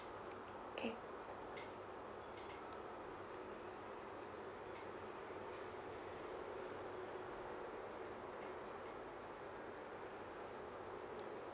okay